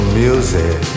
music